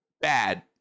bad